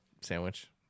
sandwich